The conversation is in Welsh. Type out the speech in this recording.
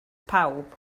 pawb